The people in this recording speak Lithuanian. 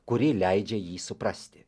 kuri leidžia jį suprasti